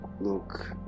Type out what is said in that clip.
look